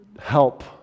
help